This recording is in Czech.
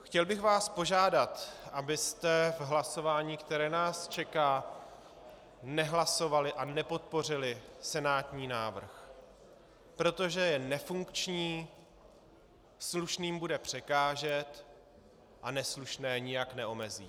Chtěl bych vás požádat, abyste v hlasování, které nás čeká, nehlasovali a nepodpořili senátní návrh, protože je nefunkční, slušným bude překážet a neslušné nijak neomezí.